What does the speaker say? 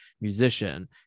musician